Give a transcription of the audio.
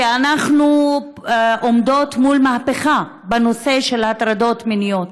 כשאנחנו עומדות מול מהפכה בנושא של הטרדות מיניות,